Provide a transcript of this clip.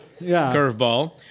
curveball